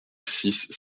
six